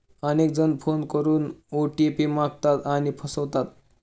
अनेक जण फोन करून ओ.टी.पी मागतात आणि फसवतात